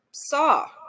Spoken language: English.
Saw